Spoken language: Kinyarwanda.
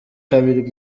kabiri